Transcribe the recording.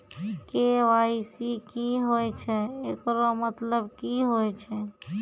KYC की होय छै, एकरो मतलब की होय छै?